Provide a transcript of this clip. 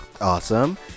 Awesome